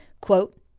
quote